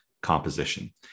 composition